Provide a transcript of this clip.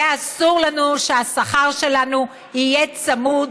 ואסור לנו שהשכר שלנו יהיה צמוד